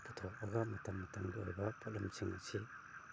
ꯄꯨꯊꯣꯛꯄꯒ ꯃꯇꯝ ꯃꯇꯝꯒꯤ ꯑꯣꯏꯕ ꯄꯣꯠꯂꯝꯁꯤꯡ ꯑꯁꯤ